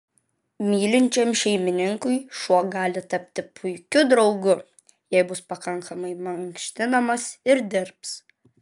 mylinčiam šeimininkui šuo gali tapti puikiu draugu jei bus pakankamai mankštinamas ir dirbs